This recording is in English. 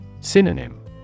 Synonym